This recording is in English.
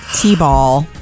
T-ball